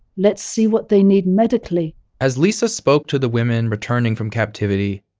let's see what they need medically as lisa spoke to the women returning from captivity,